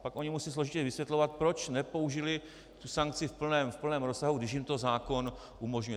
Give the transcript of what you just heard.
Pak ony musí složitě vysvětlovat proč nepoužili tu sankci v plném rozsahu, když jim to zákon umožňuje.